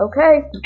Okay